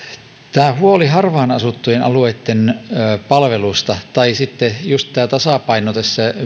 tämä huoli harvaan asuttujen alueitten palveluista tai sitten just tasapaino